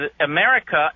America